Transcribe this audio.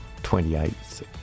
28th